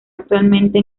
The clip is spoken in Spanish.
actualmente